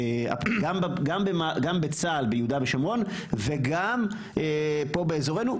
גם בצה"ל ביהודה ושומרון וגם פה באזורנו,